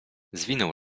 zwinął